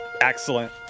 Excellent